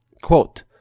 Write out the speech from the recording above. Quote